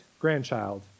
grandchild